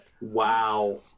Wow